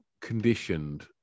conditioned